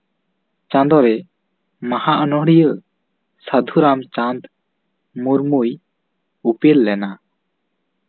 ᱪᱟᱸᱫᱳᱨᱮ ᱢᱟᱦᱟ ᱚᱱᱚᱲᱤᱭᱟᱹ ᱥᱟᱫᱷᱩ ᱨᱟᱢᱪᱟᱸᱫᱽ ᱢᱩᱨᱢᱩᱭ ᱩᱯᱮᱞ ᱞᱮᱱᱟ